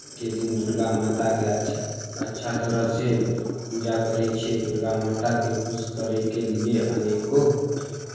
के दिन दुर्गा माताके अच्छा अच्छा तरहसँ पूजा करै छियै दुर्गा माताकेँ खुश करयके लिए अनेको